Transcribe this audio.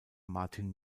martin